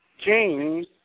James